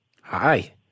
Hi